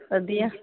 ਵਧੀਆ